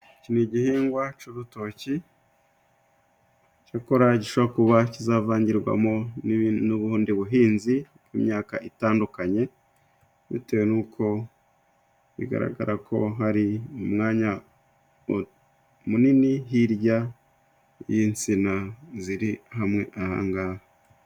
Iki ni igihingwa c'urutoki cyakora gishobora kuba kizavangirwamo n'ubundi buhinzi mu myaka itandukanye bitewe n'uko bigaragara ko hari umwanya munini hirya y'insina ziri hamwe ahangaha.